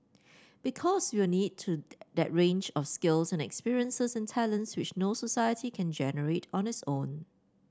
because we'll need to that range of skills and experiences and talents which no society can generate on its own